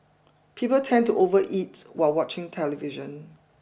people tend to overeat while watching television